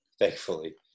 thankfully